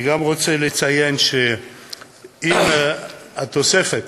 אני גם רוצה לציין שאם התוספת